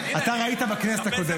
אתה הרי היית בכנסת הקודמת.